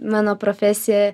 mano profesija